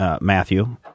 Matthew